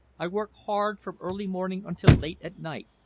i work hard from early morning until late at night,